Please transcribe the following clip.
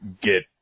get